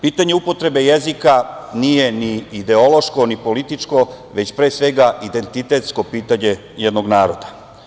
Pitanje upotrebe jezika nije ni ideološko ni političko, već pre svega identitetsko pitanje jednog naroda.